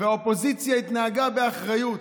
והאופוזיציה התנהגה באחריות.